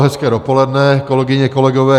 Hezké dopoledne, kolegyně, kolegové.